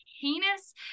heinous